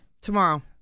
Tomorrow